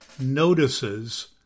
notices